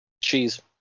Cheese